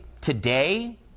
today